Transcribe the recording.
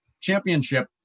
championship